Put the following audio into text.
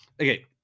Okay